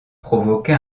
provoqua